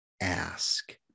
ask